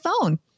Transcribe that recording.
phone